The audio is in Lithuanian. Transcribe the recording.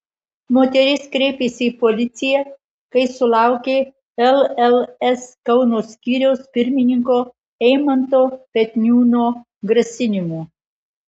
moteris kreipėsi į policiją kai sulaukė lls kauno skyriaus pirmininko eimanto petniūno grasinimų